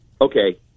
okay